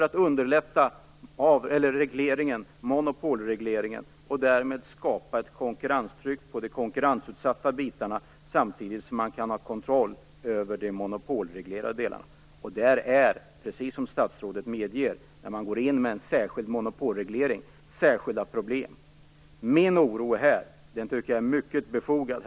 Det vill vi ha för att underlätta monopolregleringen och därmed skapa ett konkurrenstryck på de konkurrensutsatta bitarna samtidigt som man kan ha kontroll över de monopolreglerade delarna. Det blir, som statsrådet medger, särskilda problem när man går in med en särskild monopolreglering. Min oro på den här punkten tycker jag är mycket befogad.